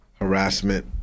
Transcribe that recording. Harassment